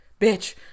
Bitch